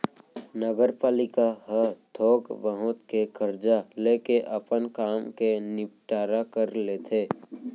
नगरपालिका ह थोक बहुत के करजा लेके अपन काम के निंपटारा कर लेथे